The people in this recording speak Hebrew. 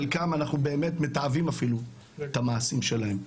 חלקם אנחנו אפילו מתעבים את המעשים שלהם.